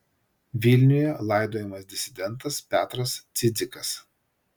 vilniuje laidojamas disidentas petras cidzikas